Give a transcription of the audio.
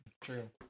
True